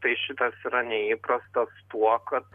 tai šitas yra neįprastas tuo kad